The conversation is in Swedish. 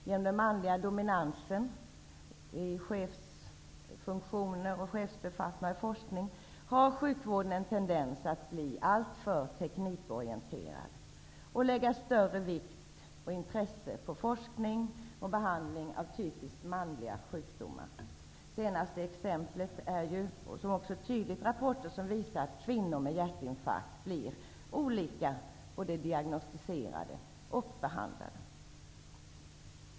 Genom den manliga dominansen på chefsbefattningar och i forskningen har sjukvården en tendens att bli alltför ''teknikorienterad'' och lägga större vikt och intresse på forskning och behandling av typiskt manliga sjukdomar. Det senaste exemplet är rapporter som tydligt visat att män och kvinnor med hjärtinfarkt blir olika diagnosticerade och behandlade.